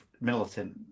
militant